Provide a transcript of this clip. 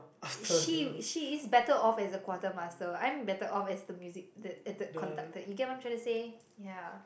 she she is better off as a quartermaster I am better off as the music as a music conductor you get what I'm trying to say yeah